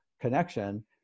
connection